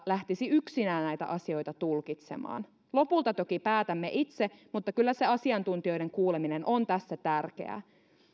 lähtisi yksinään näitä asioita tulkitsemaan lopulta toki päätämme itse mutta kyllä se asiantuntijoiden kuuleminen on tässä tärkeää